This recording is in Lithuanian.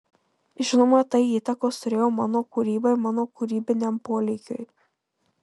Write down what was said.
žinoma tai įtakos turėjo mano kūrybai mano kūrybiniam polėkiui